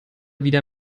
wieder